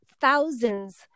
thousands